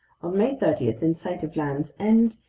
on may thirty, in sight of land's end,